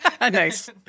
Nice